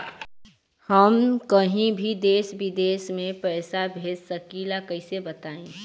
हम कहीं भी देश विदेश में पैसा भेज सकीला कईसे बताई?